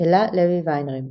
אלה לוי-וינריב,